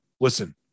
Listen